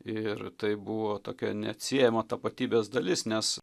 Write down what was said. ir tai buvo tokia neatsiejama tapatybės dalis nes